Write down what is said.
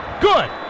good